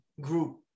group